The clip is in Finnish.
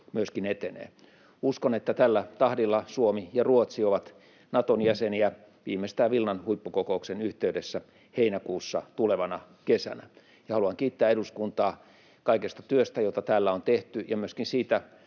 myöskin etenee. Uskon, että tällä tahdilla Suomi ja Ruotsi ovat Naton jäseniä viimeistään Vilnan huippukokouksen yhteydessä heinäkuussa tulevana kesänä. Haluan kiittää eduskuntaa kaikesta työstä, jota täällä on tehty, ja myöskin siitä